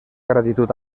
gratitud